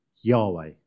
Yahweh